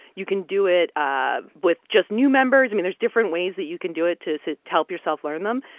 you can do it um with just new members. i mean, there's different ways that you can do it to help yourself learn them.